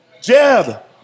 Jeb